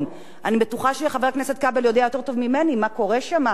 טוב ממני מה קורה שמה לגבי אותם נציגים,